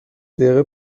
دقیقه